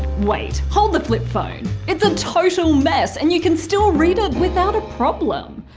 wait hold the flip phone. it's a total mess and you can still read it without a problem.